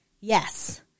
Yes